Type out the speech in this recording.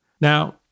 Now